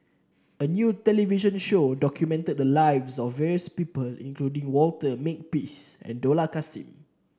a new television show documented the lives of various people including Walter Makepeace and Dollah Kassim